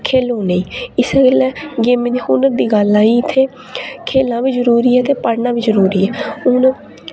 खेलो नेईं इस बेल्लै गेमें दे हुनर दी गल्ल आई इत्थै खेलना बी जरुरी ऐ ते पढ़ना बी जरुरी ऐ हून